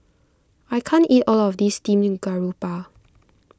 I can't eat all of this Steamed Garoupa